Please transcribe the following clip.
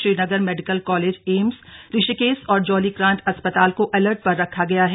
Srinagar medical college AIIMS Rishikesh और जोलीग्रान्ट अस्पताल को अलर्ट पर रखा गया है